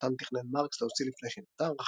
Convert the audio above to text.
אותם תכנן מארקס להוציא לפני שנפטר,